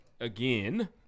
again-